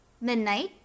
Midnight